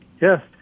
Yes